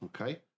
okay